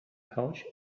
pouch